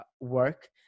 work